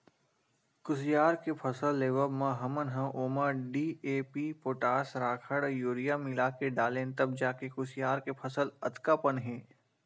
कुसियार के फसल लेवब म हमन ह ओमा डी.ए.पी, पोटास, राखड़, यूरिया मिलाके डालेन तब जाके कुसियार के फसल अतका पन हे